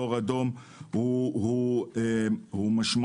לאור אדום הוא משמעותית.